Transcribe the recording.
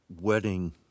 wedding